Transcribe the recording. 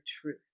truth